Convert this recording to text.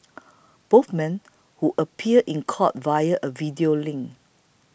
both men who appeared in court via a video link